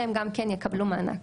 שהם גם כן יקבלו מענק.